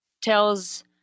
tells